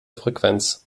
frequenz